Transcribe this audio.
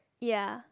ya